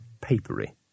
papery